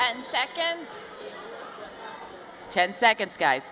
and seconds ten seconds guys